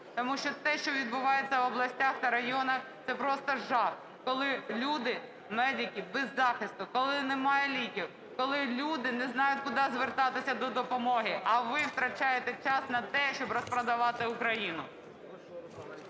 Тому що все, що відбувається в областях та районах, це просто жах: коли люди, медики без захисту, коли немає ліків, коли люди не знають, куди звертатися за допомогою. А ви втрачаєте час на те, щоб розпродавати Україну.